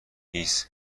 هیس